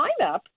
lineup